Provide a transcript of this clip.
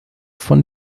von